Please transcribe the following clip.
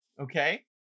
okay